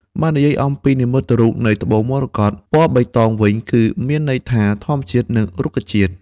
បើនិយាយអំពីនិមិត្តរូបនៃត្បូងមរកត ពណ៌បៃតងវិញ គឺមានន័យថាធម្មជាតិ និងរុក្ខជាតិ។